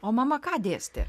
o mama ką dėstė